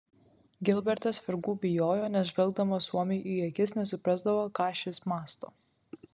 gilbertas vergų bijojo nes žvelgdamas suomiui į akis nesuprasdavo ką šis mąsto